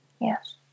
Yes